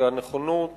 והנכונות